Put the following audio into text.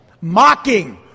mocking